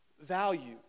value